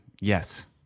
Yes